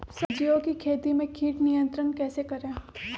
सब्जियों की खेती में कीट नियंत्रण कैसे करें?